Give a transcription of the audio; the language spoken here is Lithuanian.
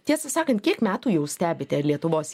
tiesą sakant kiek metų jau stebite lietuvos